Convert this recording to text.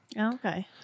Okay